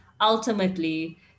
ultimately